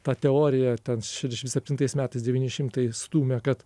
ta teorija ten trisdešim septintais metais devyni šimtai stūmė kad